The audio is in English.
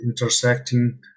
intersecting